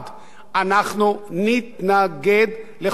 אנחנו נתנגד לחוק ההסדרה.